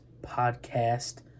podcast